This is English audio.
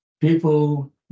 people